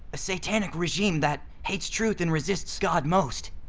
a satanic regime that hates truth and resists god most.